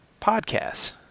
podcasts